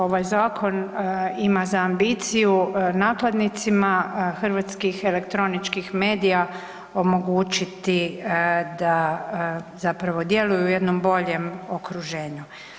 Ovaj zakon ima za ambiciju nakladnicima hrvatskih elektroničkih medija omogućiti da zapravo djeluju u jednom boljem okruženju.